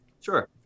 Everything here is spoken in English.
Sure